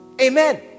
Amen